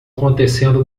acontecendo